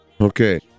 Okay